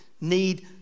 need